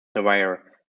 surveyor